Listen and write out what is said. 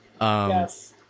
yes